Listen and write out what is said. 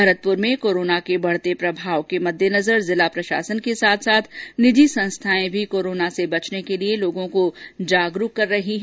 भरतपुर में कोरोना के बढते प्रभाव के मद्देनजर जिला प्रशासन के साथ साथ निजी संस्थाएं भी कोरोना से बचने के लिए लोगों को जागरुक कर रहे हैं